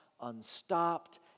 unstopped